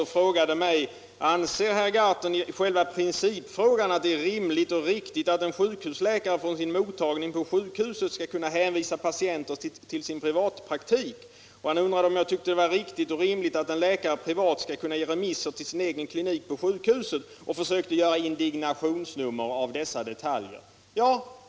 Han frågade mig: Anser herr Gahrton i själva principfrågan att det är rimligt och riktigt att en sjukhusläkare på sin mottagning på sjukhuset skall kunna hänvisa patienter till sin privatpraktik? Vidare undrade han om jag tyckte det var riktigt och rimligt att en läkare privat skall kunna ge remisser till sin egen klinik på sjukhuset. Herr Aspling försökte göra indignationsnummer av dessa detaljer.